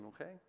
okay